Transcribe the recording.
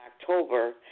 October